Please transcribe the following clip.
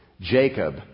Jacob